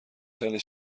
خیلی